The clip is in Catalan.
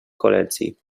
col·legi